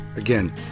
Again